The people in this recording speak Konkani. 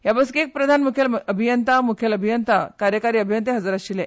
हे बसकेक प्रधान मुखेल अभियंता मुखेल अभियंता कार्यकारी अभियंते हाजीर आशिल्ले